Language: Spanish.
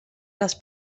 las